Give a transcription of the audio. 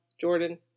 Jordan